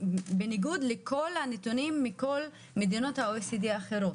בניגוד לכל הנתונים בכל מדינות OECD האחרות.